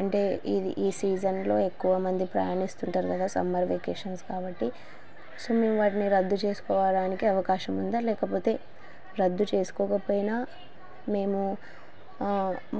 అంటే ఇది ఈ సీజన్లో ఎక్కువ మంది ప్రయాణిస్తూ ఉంటారు కదా సమ్మర్ వెకేషన్స్ కాబట్టి సో మేము వాటిని రద్దు చేసుకోవడానికి అవకాశం ఉందా లేకపోతే రద్దు చేసుకోకపోయినా మేము